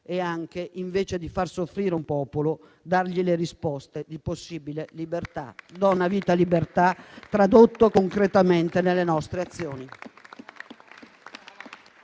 è anche, invece di far soffrire un popolo, dargli le risposte di possibile libertà. «Donna, vita, libertà», tradotto concretamente nelle nostre azioni.